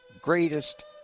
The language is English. greatest